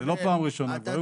זה לא פעם ראשונה והיו כאלה.